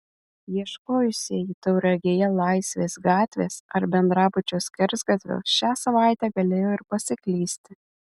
ieškojusieji tauragėje laisvės gatvės ar bendrabučio skersgatvio šią savaitę galėjo ir pasiklysti